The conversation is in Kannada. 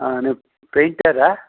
ಆಂ ನೀವು ಪೇಂಯ್ಟರ್ರಾ